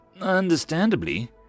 Understandably